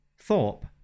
Thorpe